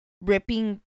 ripping